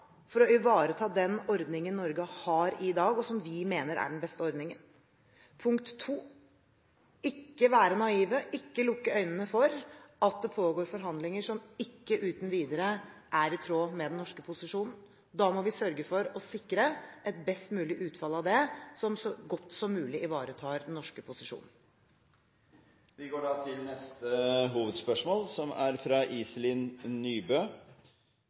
for å ivareta den ordningen Norge har i dag, og som vi mener er den beste ordningen. Det handler også – punkt 2 – om å ikke være naive og ikke lukke øynene for at det pågår forhandlinger som ikke uten videre er i tråd med den norske posisjonen. Da må vi sørge for å sikre et best mulig utfall av det som så godt som mulig ivaretar den norske posisjonen. Vi går til neste hovedspørsmål, som er fra Iselin Nybø.